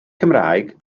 cymraeg